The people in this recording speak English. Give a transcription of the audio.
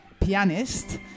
pianist